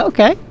Okay